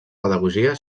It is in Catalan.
pedagogia